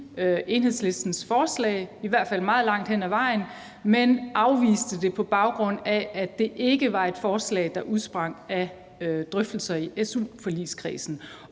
Enhedslistens forslag, i hvert fald meget langt hen ad vejen, men afviste det, på baggrund af at det ikke var et forslag, der udsprang af drøftelser i su-forligskredsen.